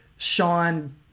Sean